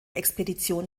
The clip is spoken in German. expedition